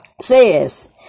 says